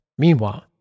Meanwhile